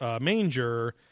manger